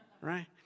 right